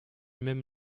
même